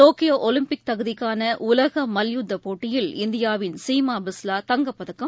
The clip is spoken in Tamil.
டோக்கியோஒலிம்பிக் தகுதிக்கானஉலகமல்யுத்தபோட்டியில் இந்தியாவின் சீமாபிஸ்லா தங்கப்பதக்கம்